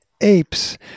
apes